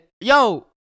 Yo